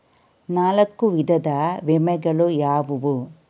ನಾಲ್ಕು ವಿಧದ ವಿಮೆಗಳು ಯಾವುವು?